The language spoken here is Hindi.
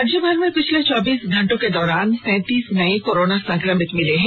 राज्यभर में पिछले चौबीस घंटे के दौरान सैतीस नये कोरोना संक्रमित मिले हैं